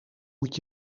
moet